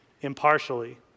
impartially